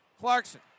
Clarkson